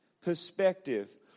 perspective